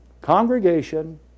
congregation